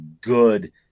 good